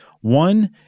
One